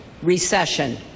recession